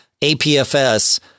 APFS